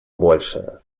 большее